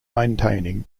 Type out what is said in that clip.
maintaining